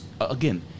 again –